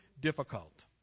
difficult